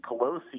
Pelosi